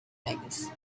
vegas